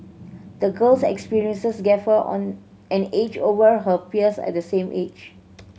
the girl's experiences gave her on an edge over her peers at the same age